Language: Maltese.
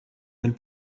mill